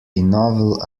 novel